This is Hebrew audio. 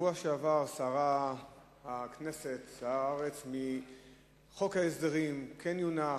בשבוע שעבר סערו הכנסת והארץ מחוק ההסדרים: כן יונח,